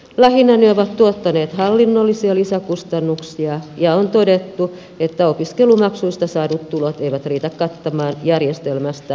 lähinnä ne ovat tuottaneet hallinnollisia lisäkustannuksia ja on todettu että opiskelumaksuista saadut tulot eivät riitä kattamaan järjestelmästä aiheutuvia kuluja